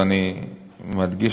ואני מדגיש,